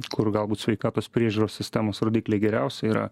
kur galbūt sveikatos priežiūros sistemos rodikliai geriausi yra